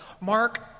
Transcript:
Mark